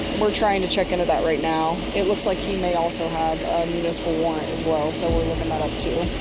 we're trying to check into that right now. it looks like he may also have a municipal one, as well. so we're looking that up, too.